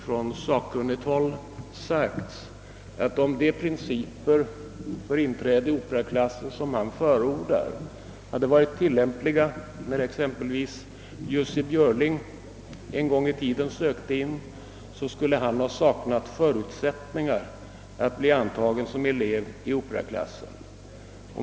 Från sakkunnigt håll har man då sagt, att om de principer för inträde i operaklassen som han förordar hade tillämpats exempelvis när Jussi Björling sökte in en gång i tiden, så skulle han inte kunnat bli antagen som elev i operaklassen.